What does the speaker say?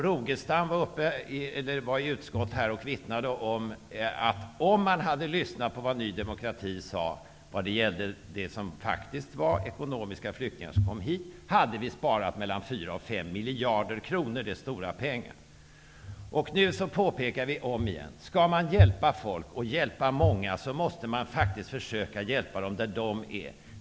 Rogestam var i utskottet och vittnade om att Ny demokratis förslag vad gällde de ekonomiska flyktingar som kom hit skulle ha sparat 4--5 miljarder. Det är stora pengar. Nu påpekar vi omigen: Skall man hjälpa folk och hjälpa många, måste man faktiskt försöka hjälpa dem där de är.